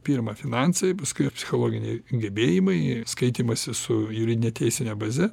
pirma finansai paskui jo psichologiniai gebėjimai skaitymąsis su juridine teisine baze